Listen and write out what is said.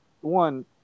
one